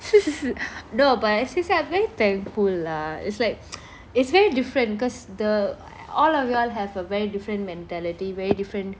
no but actually say I'm very thankful lah it's like it's very different because the all of you all have a very different mentality very different